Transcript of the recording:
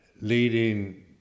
leading